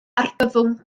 argyfwng